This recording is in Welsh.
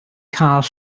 cael